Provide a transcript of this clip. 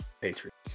Patriots